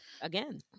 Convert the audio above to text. Again